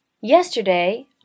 Yesterday